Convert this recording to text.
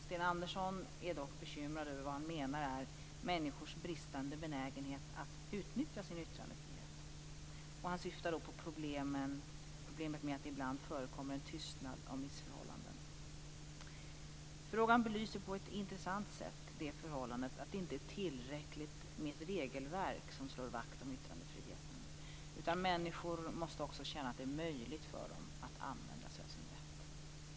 Sten Andersson är dock bekymrad över vad han menar är människors bristande benägenhet att utnyttja sin yttrandefrihet. Han syftar då på problemet med att det ibland förekommer en tystnad om missförhållanden. Frågan belyser på ett intressant sätt det förhållandet att det inte är tillräckligt med ett regelverk som slår vakt om yttrandefriheten, utan människor måste också känna att det är möjligt för dem att använda sig av sin rätt.